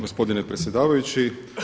Gospodine predsjedavajući.